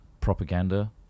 propaganda